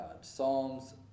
Psalms